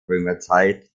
römerzeit